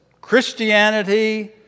Christianity